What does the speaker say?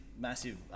massive